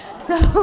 so